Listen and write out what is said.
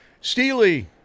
Steely